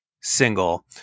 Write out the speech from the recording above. single